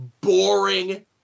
boring